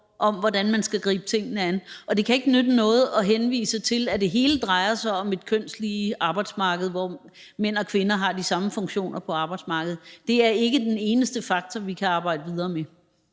om, hvordan man skal gribe tingene an. Det kan ikke nytte noget at henvise til, at det hele drejer sig om et kønsmæssigt lige arbejdsmarked, hvor mænd og kvinder har de samme funktioner på arbejdsmarkedet. Det er ikke den eneste faktor, vi kan arbejde videre med.